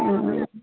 ம் ம்